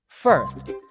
First